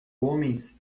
homens